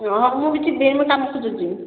ହଁ ମୁଁ ବି ଥିବି ମୁଁ କାମ ଖୋଜୁଛି